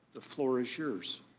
the floor is yours.